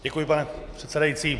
Děkuji, pane předsedající.